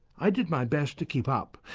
i did my best to keep up,